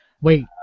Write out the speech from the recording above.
Wait